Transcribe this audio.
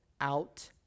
out